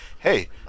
hey